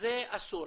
זה אסור.